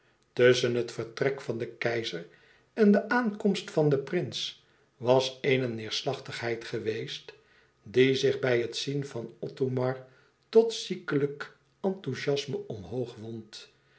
tusschen het vertrek van den keizer en de aankomst van den prins was eene neêrslachtigheid geweest die zich bij het zien van othomar tot ziekelijk enthouziasme omhoog wond